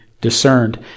discerned